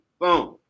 boom